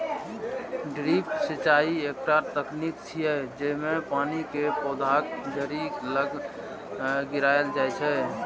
drip सिंचाइ एकटा तकनीक छियै, जेइमे पानि कें पौधाक जड़ि लग गिरायल जाइ छै